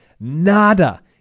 nada